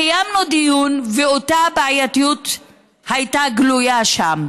קיימנו דיון, ואותה בעייתיות הייתה גלויה שם.